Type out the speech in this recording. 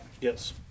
Yes